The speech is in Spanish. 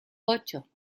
ocho